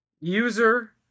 user